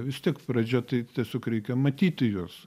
vis tiek pradžia tai tiesiog reikia matyti juos